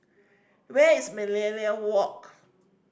where is Millenia Walk